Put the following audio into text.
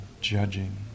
judging